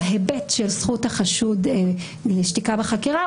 בהיבט של זכות החשוד לשתיקה בחקירה,